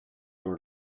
door